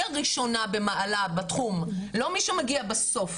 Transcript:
היא הראשונה במעלה בתחום, לא מי שמגיע בסוף.